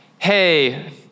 Hey